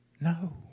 No